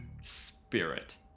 spirit